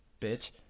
bitch